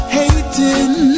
hating